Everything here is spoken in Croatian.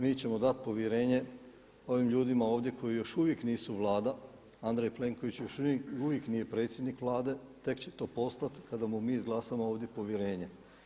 Mi ćemo dati povjerenje ovim ljudima ovdje koji još uvijek nisu Vlada, a Andrej Plenković još uvijek nije predsjednik Vlade tek će to postati kada mu mi izglasamo ovdje povjerenje.